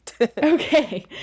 Okay